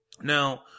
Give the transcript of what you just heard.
Now